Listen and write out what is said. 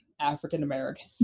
African-American